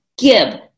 Give